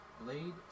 Blade